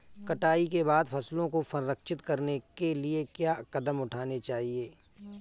कटाई के बाद फसलों को संरक्षित करने के लिए क्या कदम उठाने चाहिए?